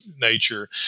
nature